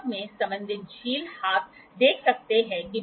तो चलिए ऐसा करते हैं